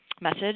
message